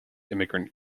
immigrant